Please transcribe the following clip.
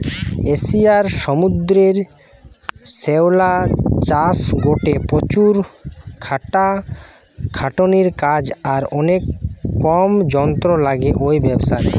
এশিয়ার সমুদ্রের শ্যাওলা চাষ গটে প্রচুর খাটাখাটনির কাজ আর অনেক কম যন্ত্র লাগে ঔ ব্যাবসারে